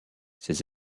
ces